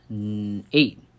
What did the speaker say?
eight